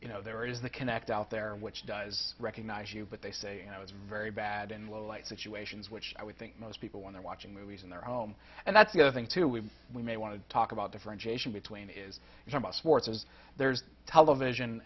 you know there is the connector out there which does recognize you but they say i was very bad in low light situations which i would think most people when they're watching movies in their home and that's the other thing too we may want to talk about differentiation between is some of swartz's there's television